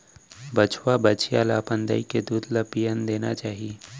बछवा, बछिया ल अपन दाई के दूद ल पियन देना चाही